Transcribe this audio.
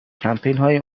کمپینهای